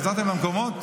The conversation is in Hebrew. חזרתם למקומות?